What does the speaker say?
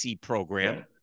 program